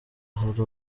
hari